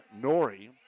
Nori